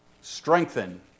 strengthen